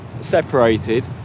separated